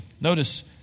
notice